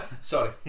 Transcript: Sorry